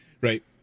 right